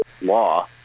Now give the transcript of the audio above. law